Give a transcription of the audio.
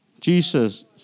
Jesus